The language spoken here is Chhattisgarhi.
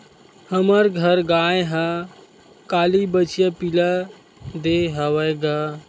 हमर घर गाय ह काली बछिया पिला दे हवय गा